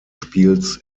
spiels